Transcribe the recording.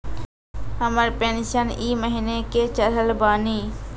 हमर पेंशन ई महीने के चढ़लऽ बानी?